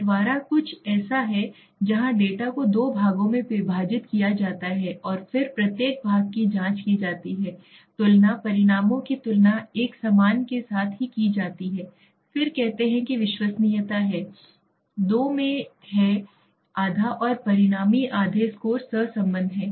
बंटवारा कुछ ऐसा है जहां डेटा को दो भागों में विभाजित किया जाता है और फिर प्रत्येक भाग की जाँच की जाती है तुलना परिणामों की तुलना एक समान के साथ की जाती है फिर कहते हैं कि विश्वसनीयता है दो में ठीक है आधा और परिणामी आधे स्कोर सहसंबद्ध हैं